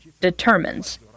determines